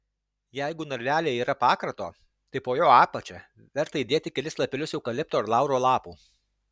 jeigu narvelyje yra pakrato tai po jo apačia verta įdėti kelis lapelius eukalipto ar lauro lapų